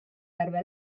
järve